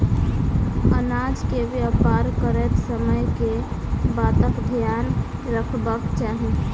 अनाज केँ व्यापार करैत समय केँ बातक ध्यान रखबाक चाहि?